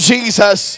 Jesus